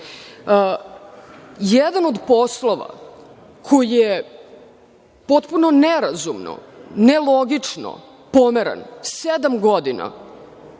Vlada. Jedan od poslova koji je potpuno nerazumno, nelogično pomeran sedam godina